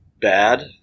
bad